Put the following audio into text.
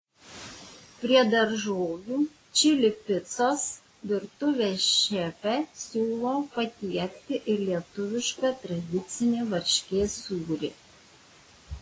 prie daržovių čili picos virtuvės šefė siūlo patiekti ir lietuvišką tradicinį varškės sūrį